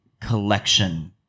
collection